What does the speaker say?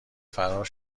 فرار